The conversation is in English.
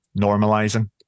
normalizing